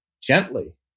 gently